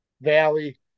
Valley